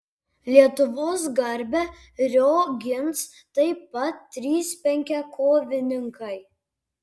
lietuvos garbę rio gins taip pat trys penkiakovininkai